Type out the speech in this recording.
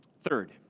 Third